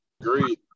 Agreed